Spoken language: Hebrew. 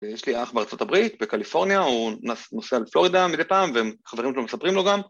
יש לי אח בארה״ב, בקליפורניה, הוא נוסע לפלורידה מדי פעם, וחברים שלו מספרים לו גם.